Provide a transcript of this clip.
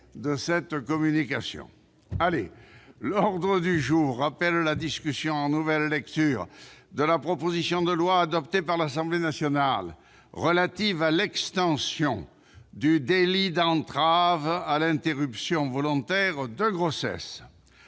de ces communications. L'ordre du jour appelle la discussion, en nouvelle lecture, de la proposition de loi, adoptée par l'Assemblée nationale, relative à l'extension du délit d'entrave à l'interruption volontaire de grossesse